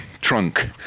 trunk